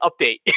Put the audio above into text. update